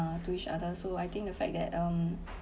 uh to each other so I think the fact that um